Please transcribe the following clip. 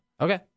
Okay